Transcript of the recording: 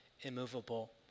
immovable